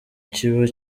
kiba